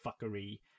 fuckery